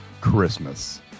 christmas